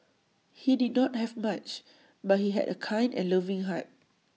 he did not have much but he had A kind and loving heart